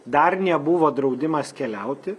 dar nebuvo draudimas keliauti